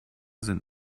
sind